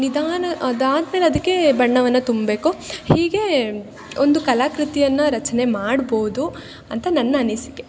ನಿಧಾನ ಅದಾದ್ಮೇಲೆ ಅದಕ್ಕೆ ಬಣ್ಣವನ್ನು ತುಂಬೇಕು ಹೀಗೆ ಒಂದು ಕಲಾಕೃತಿಯನ್ನು ರಚನೆ ಮಾಡ್ಬೋದು ಅಂತ ನನ್ನ ಅನಿಸಿಕೆ